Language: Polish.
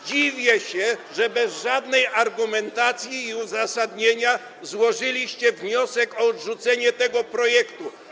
Dziwię się, że bez żadnej argumentacji i uzasadnienia złożyliście wniosek o odrzucenie tego projektu.